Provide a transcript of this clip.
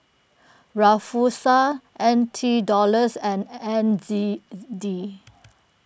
Rufiyaa N T Dollars and N Z D